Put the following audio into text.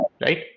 Right